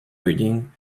coding